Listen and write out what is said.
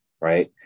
Right